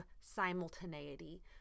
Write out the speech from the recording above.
simultaneity